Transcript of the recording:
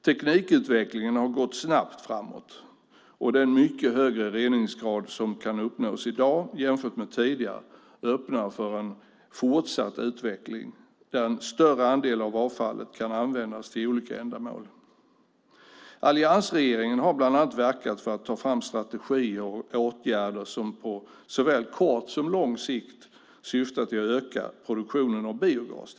Teknikutvecklingen har gått snabbt framåt, och den mycket högre reningsgrad som kan uppnås i dag jämfört med tidigare öppnar för en fortsatt utveckling där en större andel av avfallet kan användas till olika ändamål. Alliansregeringen har bland annat verkat för att ta fram strategier och åtgärder som på såväl kort som lång sikt syftar till att öka produktionen av biogas.